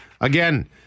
Again